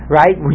right